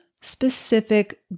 specific